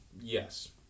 yes